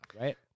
right